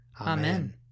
Amen